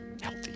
healthy